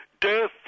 death